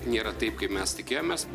nėra taip kaip mes tikėjomės